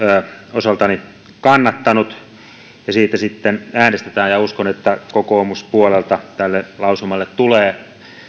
osaltani kannattanut siitä sitten äänestetään ja uskon että kokoomuspuolelta tälle lausumalle tulee